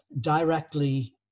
directly